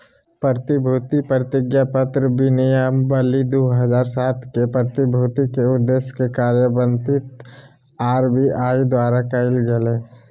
प्रतिभूति प्रतिज्ञापत्र विनियमावली दू हज़ार सात के, प्रतिभूति के उद्देश्य के कार्यान्वित आर.बी.आई द्वारा कायल गेलय